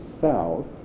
south